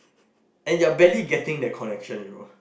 and you are barely getting the connection you know